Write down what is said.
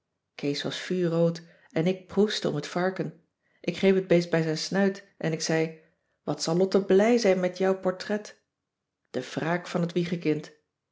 kees was vuurrood en ik proestte om het varken ik greep het beest bij zijn snuit en ik zei wat zal lotte blij zijn met jou portret de wraak van het wiegekind